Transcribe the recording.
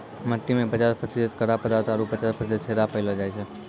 मट्टी में पचास प्रतिशत कड़ा पदार्थ आरु पचास प्रतिशत छेदा पायलो जाय छै